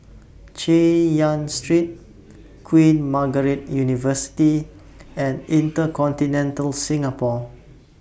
Chay Yan Street Queen Margaret University and InterContinental Singapore